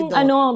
ano